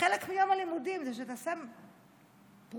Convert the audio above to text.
מיום הלימודים שאתה שם פרוטה,